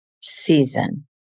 season